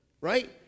right